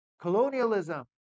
colonialism